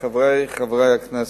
חברי הכנסת,